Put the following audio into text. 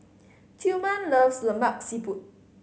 Tillman loves Lemak Siput